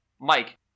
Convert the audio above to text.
Mike